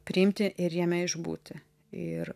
priimti ir jame išbūti ir